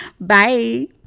Bye